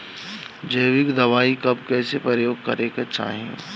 जैविक दवाई कब कैसे प्रयोग करे के चाही?